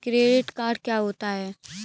Credit card क्या होता है?